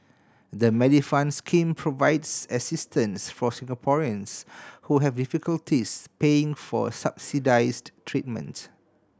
the Medifund scheme provides assistance for Singaporeans who have difficulties paying for subsidized treatment